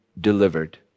delivered